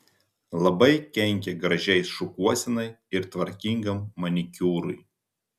labai kenkia gražiai šukuosenai ir tvarkingam manikiūrui